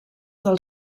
del